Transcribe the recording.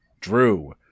Drew